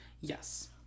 Yes